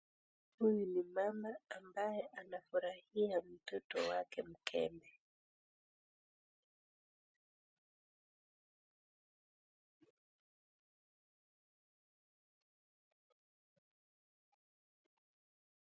Huyu ni mama ambaye anafurahia mtoto wake mkembe.